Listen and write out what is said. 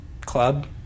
club